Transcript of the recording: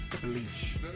Bleach